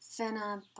Finna